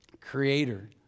Creator